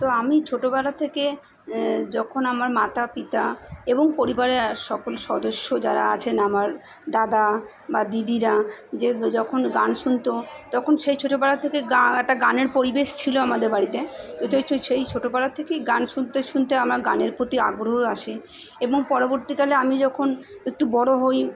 তো আমি ছোটবেলা থেকে যখন আমার মাতা পিতা এবং পরিবারের আর সকল সদস্য যারা আছেন আমার দাদা বা দিদিরা যে যখন গান শুনতো তখন সেই ছোটবেলা থেকে গা একটা গানের পরিবেশ ছিল আমাদের বাড়িতে তো এই তো সেই ছোটবেলা থেকেই গান শুনতে শুনতে আমার গানের প্রতি আগ্রহ আসে এবং পরবর্তীকালে আমি যখন একটু বড় হই